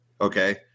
Okay